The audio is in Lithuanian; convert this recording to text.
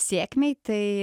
sėkmei tai